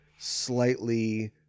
Slightly